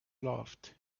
loved